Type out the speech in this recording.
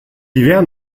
hiverne